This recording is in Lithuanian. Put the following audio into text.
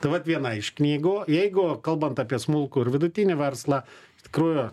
tai vat viena iš knygų jeigu kalbant apie smulkų ir vidutinį verslą iš tikrųjų